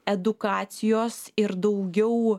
edukacijos ir daugiau